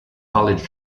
college